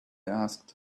asked